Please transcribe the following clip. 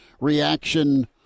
reaction